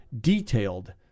detailed